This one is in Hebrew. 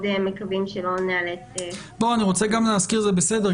מקווים שלא ניאלץ ל --- אני רוצה גם להזכיר שזה בסדר,